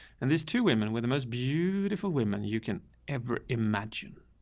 and these two women were the most beautiful women you can ever imagine.